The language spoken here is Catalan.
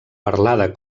parlada